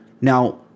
Now